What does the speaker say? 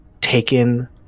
taken